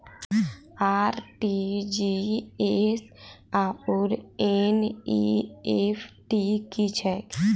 RTGS आओर NEFT की छैक?